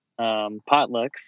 potlucks